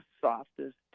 softest